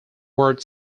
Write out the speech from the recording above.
word